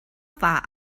war